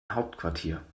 hauptquartier